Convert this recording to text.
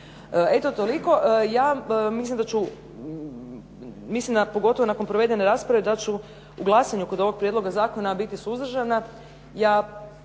Eto toliko. Ja mislim da ću, mislim da pogotovo nakon provedene rasprave da ću u glasanju kod ovog prijedloga zakona biti suzdržana. Ja